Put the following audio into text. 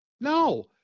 No